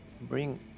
bring